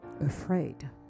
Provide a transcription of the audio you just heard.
afraid